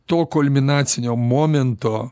to kulminacinio momento